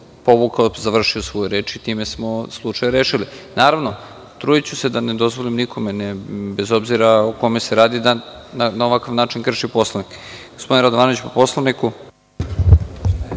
povukao, završio svoju reč i time smo slučaj rešili. Naravno, trudiću se da ne dozvolim nikome, bez obzira o kome se radi, da na ovakav način krši Poslovnik. Reč ima narodni poslanik